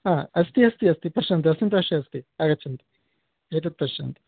हा अस्ति अस्ति अस्ति पश्यन्तु अस्मिन् पार्श्वे अस्ति आगच्छन्तु एतत् पश्यन्तु